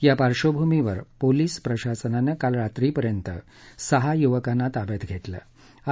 या पार्श्वभूमीवर पोलिस प्रशासनानं काल रात्रीपर्यंत सहा युवकांना ताब्यात घरिके